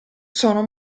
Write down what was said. sono